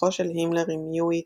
שליחו של הימלר עם היואיט,